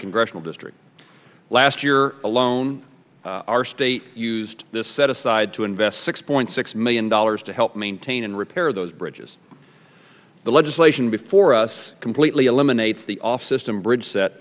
congressional district last year alone our state used this set aside to invest six point six million dollars to help maintain and repair those bridges the legislation before us completely eliminates the off system bridge set